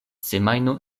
semajno